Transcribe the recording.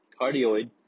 cardioid